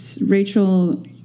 Rachel